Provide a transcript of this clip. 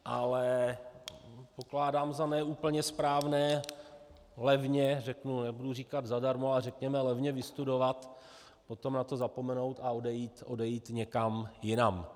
Ale pokládám za ne úplně správné levně řeknu, nebudu říkat zadarmo, ale řekněme levně vystudovat, potom na to zapomenout a odejít někam jinam.